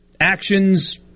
Actions